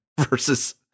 versus